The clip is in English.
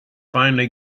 finally